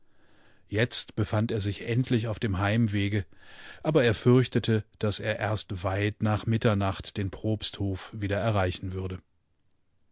jetzt befand er sich endlich auf dem heimwege aber er fürchtete daß er erst weit nach mitternacht den propsthof wieder erreichen würde